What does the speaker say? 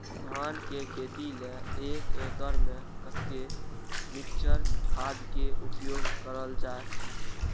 धान के खेती लय एक एकड़ में कते मिक्चर खाद के उपयोग करल जाय?